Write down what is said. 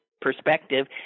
perspective